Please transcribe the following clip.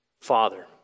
father